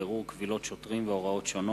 בירור קבילות שוטרים והוראות שונות)